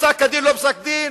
פסק-הדין לא פסק-דין,